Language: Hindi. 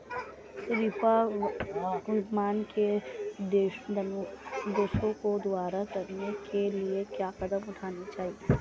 कृषि विपणन के दोषों को दूर करने के लिए क्या कदम उठाने चाहिए?